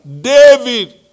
David